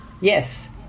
Yes